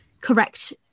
correct